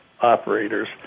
operators